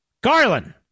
Garland